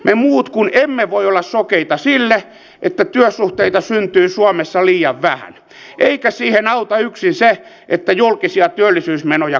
me muut kun emme voi olla sokeita sille että työsuhteita syntyy suomessa liian vähän eikä siihen auta yksin se että julkisia työllisyysmenoja kasvatetaan